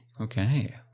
Okay